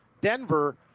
Denver